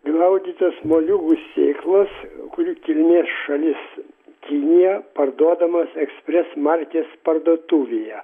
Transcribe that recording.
glaudytas moliūgų sėklas kurių kilmės šalis kinija parduodamos express markės parduotuvėje